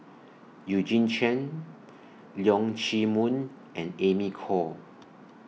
Eugene Chen Leong Chee Mun and Amy Khor